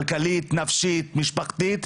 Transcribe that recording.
כלכלית, נפשית, משפחתית,